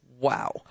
wow